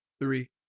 three